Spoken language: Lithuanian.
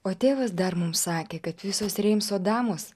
o tėvas dar mums sakė kad visos reimso damos